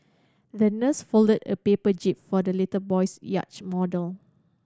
the nurse folded a paper jib for the little boy's yacht model